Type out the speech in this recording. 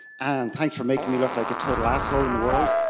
and thanks for making me look like a total asshole in the world.